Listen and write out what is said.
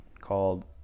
called